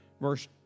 verse